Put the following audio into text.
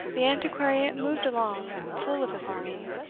the antiquary moved along full of his learning,